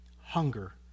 hunger